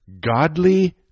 godly